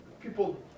people